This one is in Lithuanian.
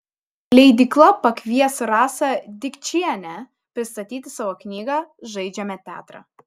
leidykla pakvies rasą dikčienę pristatyti savo knygą žaidžiame teatrą